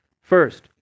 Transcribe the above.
First